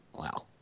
Wow